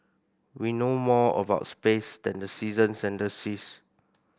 we know more about space than the seasons and the seas